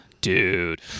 Dude